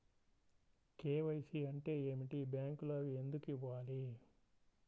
KYC అంటే ఏమిటి? బ్యాంకులో అవి ఎందుకు ఇవ్వాలి?